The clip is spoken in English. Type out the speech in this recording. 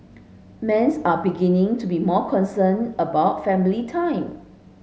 men's are beginning to be more concerned about family time